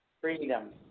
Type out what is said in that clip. freedom